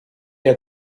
had